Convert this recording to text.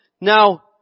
Now